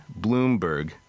Bloomberg